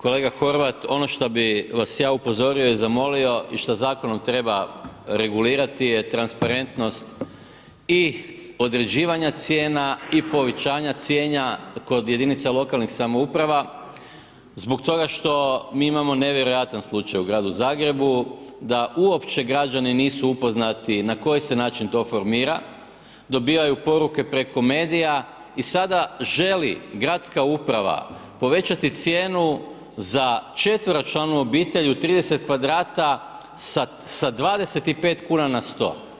Kolega Horvat, ono što bih vas ja upozorio i zamolio i šta zakonom treba regulirati je transparentnost i određivanja cijena i povećanja cijena kod jedinica lokalnih samouprave zbog toga što mi imamo nevjerojatan slučaj u gradu Zagrebu da uopće građani nisu upoznati na koji se način to formira, dobivaju poruke preko medija i sada želi gradska uprava povećati cijenu za četveročlanu obitelj u 30 kvadrata sa 25 kuna na 100.